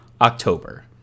October